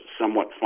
Somewhat